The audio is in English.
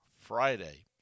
Friday